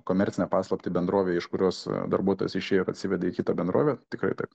komercinę paslaptį bendrovei iš kurios darbuotojas išėjo ir atsivedė į kitą bendrovę tikrai taip